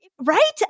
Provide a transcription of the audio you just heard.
right